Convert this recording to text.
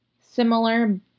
Similar